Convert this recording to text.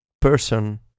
person